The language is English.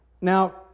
Now